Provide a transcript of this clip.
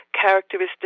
characteristic